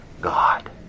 God